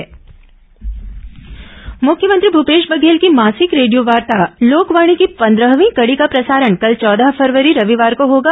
लोकवाणी मुख्यमंत्री भूपेश बधेल की मासिक रेडियोवार्ता लोकवाणी की पंद्रहवीं कड़ी का प्रसारण कल चौदह फरवरी रविवार को होगा